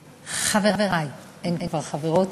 חברי, אין כבר חברות,